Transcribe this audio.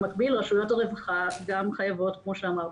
במקביל, רשויות הרווחה גם חייבות כמו שאמרתי,